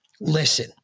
listen